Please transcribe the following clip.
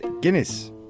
Guinness